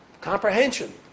comprehension